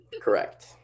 Correct